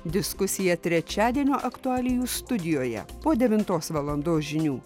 diskusija trečiadienio aktualijų studijoje po devintos valandos žinių